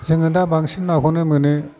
जोङो दा बांसिन नाखौनो मोनो